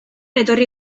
etorri